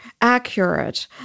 accurate